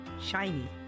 shiny